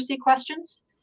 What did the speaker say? questions